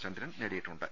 ചന്ദ്രൻ നേടിയിട്ടുണ്ട്